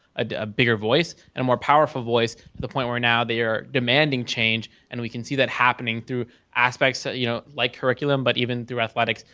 a bigger voice and a more powerful voice to the point where now they are demanding change, and we can see that happening through aspects so you know like curriculum but even through athletics,